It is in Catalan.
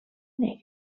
negre